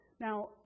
Now